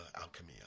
alchemy